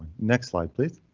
next slide, please.